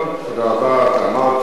אתה אמרת, היא ענתה.